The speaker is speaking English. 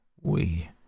We